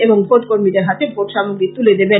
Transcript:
এবং ভোট কর্মীদের হাতে ভোট সামগ্রী তুলে দেবেন